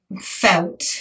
felt